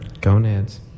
Gonads